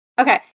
Okay